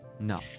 No